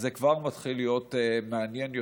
אז זה כבר מתחיל להיות מעניין יותר,